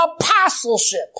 apostleship